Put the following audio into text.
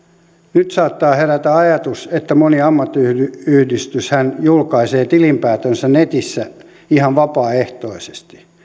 nyt saattaa herätä ajatus että moni ammattiyhdistyshän julkaisee tilinpäätöksensä netissä ihan vapaaehtoisesti